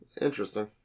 Interesting